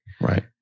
Right